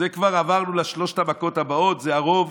כבר עברנו לשלוש המכות הבאות: ערוב,